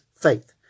faith